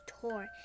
tour